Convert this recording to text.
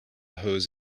hose